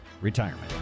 Retirement